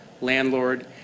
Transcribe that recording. landlord